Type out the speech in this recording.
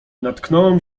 natknąłem